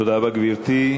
תודה רבה, גברתי.